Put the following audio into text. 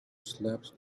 slapped